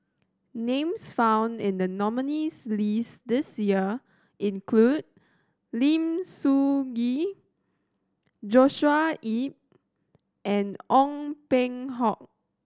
names found in the nominees' list this year include Lim Soo Ngee Joshua Ip and Ong Peng Hock